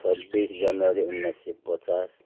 छब्बिस जनवरी उन्नाइस सय पचास